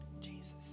Jesus